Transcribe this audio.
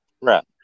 Right